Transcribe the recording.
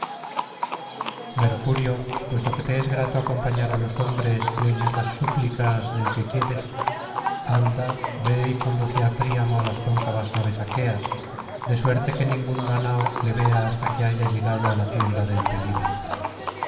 mercurio puesto que te es grato acompañar á los hombres y oyes las súplicas del que quieres anda ve y conduce á príamo á las cóncavas naves aqueas de suerte que ningún dánao le vea hasta que haya llegado á la tienda del